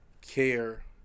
care